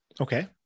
Okay